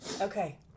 Okay